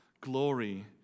glory